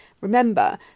Remember